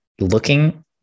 looking